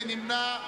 מי נמנע?